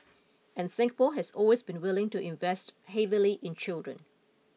and Singapore has always been willing to invest heavily in children